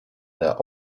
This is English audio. their